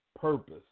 purpose